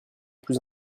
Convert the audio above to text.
plus